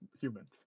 humans